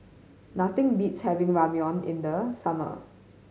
nothing beats having Ramyeon in the summer